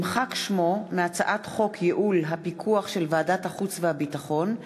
נמחק שמו מהצעת חוק ייעול הפיקוח של ועדת החוץ והביטחון,